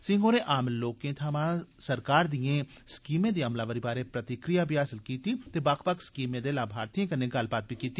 सिंह होरें आम लोकें थमां सरकार दिएं स्कीमें दी अमलावरी बारै प्रतिक्रिया हासल कीती ते बक्ख बक्ख स्कीमें दे लाभार्थिएं कन्नै गल्लबात बी कीती